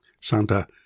Santa